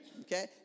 okay